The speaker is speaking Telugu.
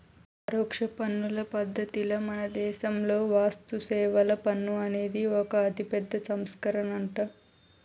పరోక్ష పన్నుల పద్ధతిల మనదేశంలో వస్తుసేవల పన్ను అనేది ఒక అతిపెద్ద సంస్కరనంట